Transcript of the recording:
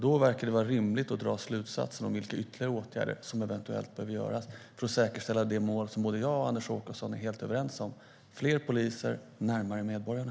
Det verkar rimligt att dra slutsatser då om vilka ytterligare åtgärder som eventuellt behöver vidtas för att säkerställa det mål som både jag och Anders Åkesson är helt överens om: fler poliser närmare medborgarna.